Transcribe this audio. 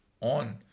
on